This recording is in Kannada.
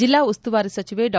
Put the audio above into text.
ಜಿಲ್ಲಾ ಉಸ್ತುವಾರಿ ಸಚಿವೆ ಡಾ